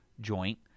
joint